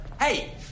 Hey